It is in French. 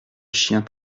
chien